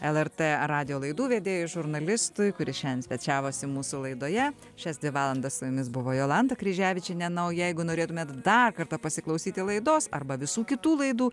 lrt radijo laidų vedėjui žurnalistui kuris šiandien svečiavosi mūsų laidoje šias dvi valandas su jumis buvo jolanta kryževičienė na o jeigu norėtumėt dar kartą pasiklausyti laidos arba visų kitų laidų